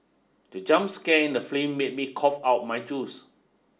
the jump scare in the made me cough out my juice